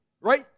right